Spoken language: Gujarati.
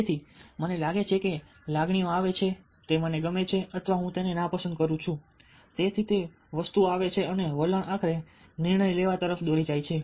તેથી મને લાગે છે કે લાગણીઓ આવે છે તે મને ગમે છે અથવા હું તેને નાપસંદ કરું છું તેથી તે વસ્તુઓ આવે છે અને વલણ આખરે નિર્ણય લેવા તરફ દોરી જાય છે